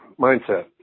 mindset